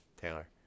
Taylor